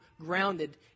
grounded